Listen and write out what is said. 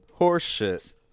horseshit